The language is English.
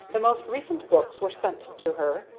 the most recent books were sent to her,